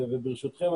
ברשותכם,